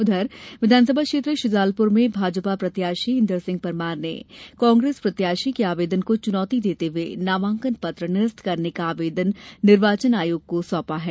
उधर विधानसभा क्षेत्र शुजालपुर में भाजपा प्रत्याशी इन्दरसिंह परमार ने कांग्रेस प्रत्याशी के आवेदन को चुनौती देते हुए नामांकन पत्र निरस्त करने का आवेदन निर्वाचन आयोग को सौंपा है